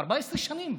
14 שנים.